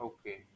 Okay